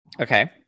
Okay